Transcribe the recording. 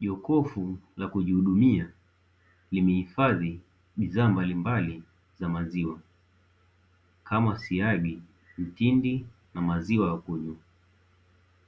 Jokofu la kujihudumia limehifadhi bidhaa mbalimbali za maziwa, kama siagi ,mtindi na maziwa ya kunywa,